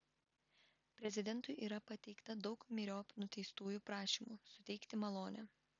prezidentui yra pateikta daug myriop nuteistųjų prašymų suteikti malonę